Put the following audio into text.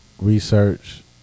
research